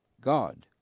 God